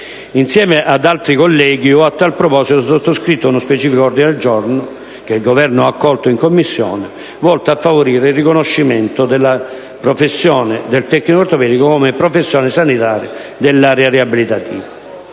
Insieme ad altri colleghi ho a tal proposito sottoscritto uno specifico ordine del giorno (che il Governo ha accolto in Commissione), volto a favorire il riconoscimento della professione del tecnico ortopedico come professione sanitaria dell'area riabilitativa.